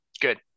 Good